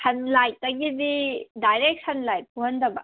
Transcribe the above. ꯁꯟꯂꯥꯏꯠꯇꯒꯤꯗꯤ direct ꯁꯟꯂꯥꯏꯠ ꯐꯨꯍꯟꯗꯕ